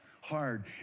hard